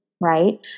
right